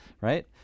Right